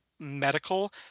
medical